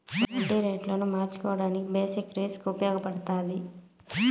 వడ్డీ రేటును మార్చడానికి బేసిక్ రిస్క్ ఉపయగపడతాది